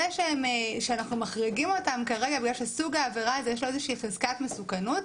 זה שאנחנו מחריגים אותם כרגע בגלל שלסוג העבירה יש חזקת מסוכנות,